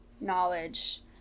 knowledge